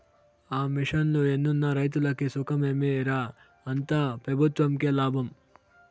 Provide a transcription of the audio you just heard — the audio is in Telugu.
ఆ మిషన్లు ఎన్నున్న రైతులకి సుఖమేమి రా, అంతా పెబుత్వంకే లాభం